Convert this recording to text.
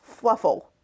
Fluffle